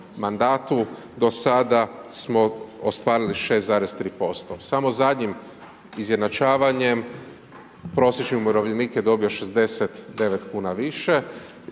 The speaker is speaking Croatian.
mandatu. Do sada smo ostvarili 6,3%, samo zadnjim izjednačavanjem prosječni umirovljenik je dobio 69 kuna više.